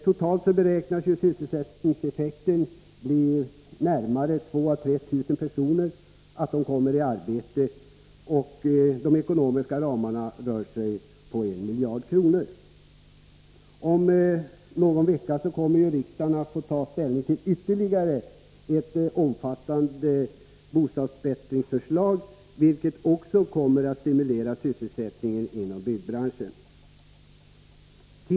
Totalt beräknas sysselsättningseffekten bli att närmare 2 000-3 000 personer kommer i arbete. Ekonomiskt rör det sig om 1 miljard kronor. Om någon vecka kommer riksdagen att få ta ställning till ytterligare ett omfattande bostadsförbättringsförslag, vilket också kommer att stimulera sysselsättningen inom byggbranschen.